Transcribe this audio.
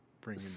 bring